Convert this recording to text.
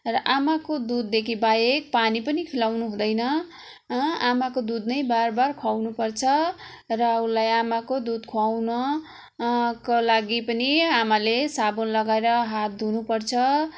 र आमाको दुधदेखि बाहेक पानी पनि खिलाउनु हुँदैन आमाको दुध नै बार बार खुवाउनु पर्छ र उसलाई आमाको दुध खुवाउन का लागि पनि आमाले साबुन लगाएर हात धुनु पर्छ